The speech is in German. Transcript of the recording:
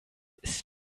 ist